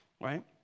right